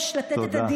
תודה.